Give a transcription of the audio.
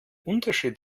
unterschied